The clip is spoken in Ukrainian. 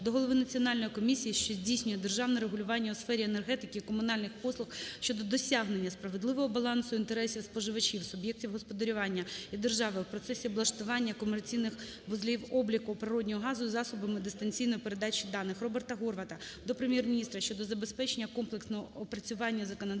до голови Національної комісії, що здійснює державне регулювання у сферах енергетики і комунальних послуг щодо досягнення справедливого балансу інтересів споживачів, суб'єктів господарювання і держави в процесі облаштування комерційних вузлів обліку природнього газу засобами дистанційної передачі даних. РобертаГорвата до Прем'єр-міністра щодо забезпечення комплексного опрацювання законодавчих